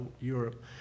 Europe